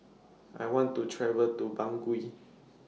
I want to travel to Bangui